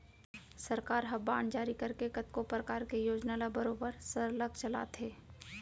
सरकार ह बांड जारी करके कतको परकार के योजना ल बरोबर सरलग चलाथे